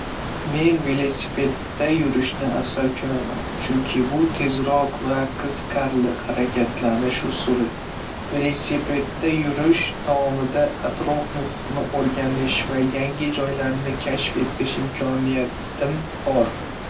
Men velosipedda yurishni afzal ko'raman, chunki bu tezroq va qiziqarli harakatlanish usuli. Velosipedda yurish davomida atrof-muhitni o'rganish va yangi joylarni kashf etish imkoniyatim bor.